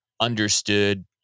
understood